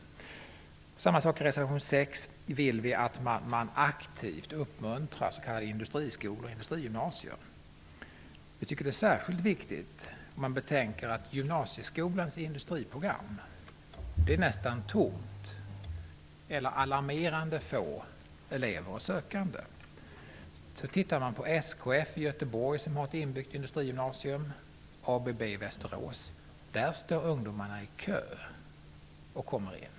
I reservation 6 skriver vi att vi vill att man aktivt uppmuntrar s.k. industriskolor eller industrigymnasier. Vi tycker att det är särskilt viktigt om man betänker att gymnasieskolans industriprogram nästan är tomt. Det finns alarmerande få elever och sökande. SKF i Göteborg och ABB i Västerås har inbygda industrigymnasium. Där står undomarna i kö för att komma in.